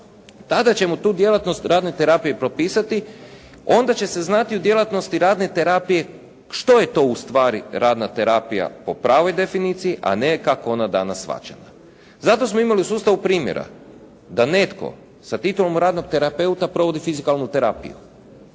Tada ćemo tu djelatnost radne terapije propisati onda će se znati u djelatnosti radne terapije što je to ustvari radna terapija po pravoj definiciji a ne kako je ona danas shvaćena. Zato smo imali u sustavu primjera da netko sa titulom radnog terapeuta provodi fizikalnu terapiju.